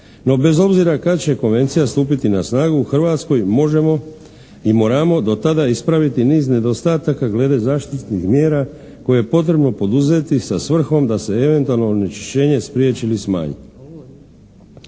No, bez obzira kad će konvencija stupiti na snagu Hrvatskoj možemo i moramo do tada ispraviti niz nedostataka glede zaštitnih mjera koje je potrebno poduzeti sa svrhom da se eventualno onečišćenje spriječi ili smanji.